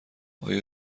آیا